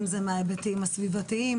אם זה מההיבטים הסביבתיים,